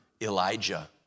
Elijah